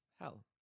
hell